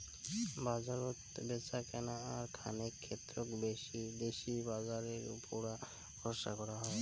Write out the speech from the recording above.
বাজারত ব্যাচাকেনা আর খানেক ক্ষেত্রত দেশি বাজারের উপুরা ভরসা করাং হই